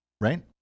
right